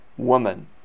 woman